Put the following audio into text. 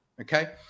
okay